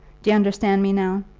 d'you understand me now?